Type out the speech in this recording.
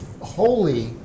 holy